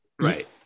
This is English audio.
right